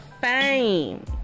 Fame